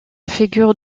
figure